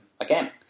again